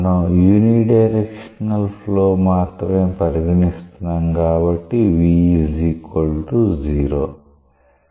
మనం unidirectional flow మాత్రమే పరిగణిస్తున్నాం కాబట్టి v0